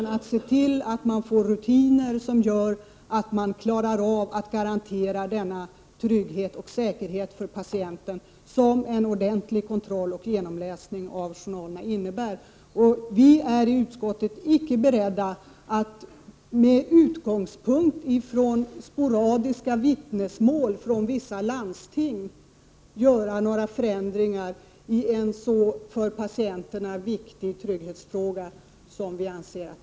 Där skall man se till att det finns rutiner som gör det möjligt att garantera den trygghet och säkerhet för patienten som en ordentlig kontroll och genomläsning av journalerna innebär. Vi i utskottet är icke beredda att med utgångspunkt i sporadiska vittnesmål från vissa landsting åstadkomma förändringar i en så här pass viktig trygghetsfråga.